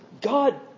God